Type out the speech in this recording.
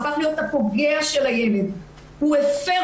הוא הפך להיות הפוגע בילד,